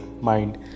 mind